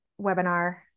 webinar